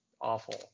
awful